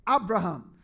Abraham